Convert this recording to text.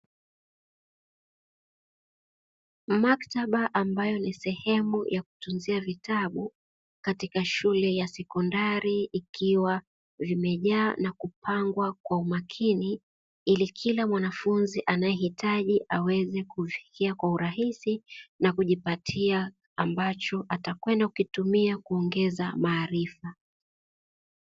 Maktaba ambayo ni sehemu ya kutunzia vitabu katika shule ya sekondari ikiwa vimejaa na kupangwa kwa umakini, ili kila mwanafunzi anayehitaji aweze kufikia kwa urahisi nakujipatia ambacho atakwenda kukitumia kuongeza maarifa.